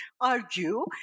argue